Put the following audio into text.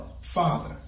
Father